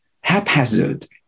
haphazard